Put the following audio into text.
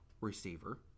receiver